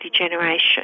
degeneration